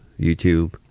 YouTube